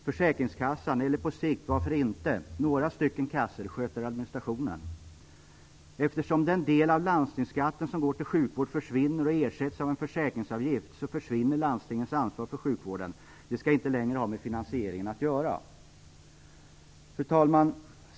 Försäkringskassan, eller varför inte på sikt några stycken kassor, sköter administrationen. Eftersom den del av landstingsskatten som går till sjukvård försvinner och ersätts av en försäkringsavgift så försvinner landstingens ansvar för sjukvården. De skall inte längre ha med finansieringen att göra. Fru talman!